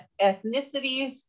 ethnicities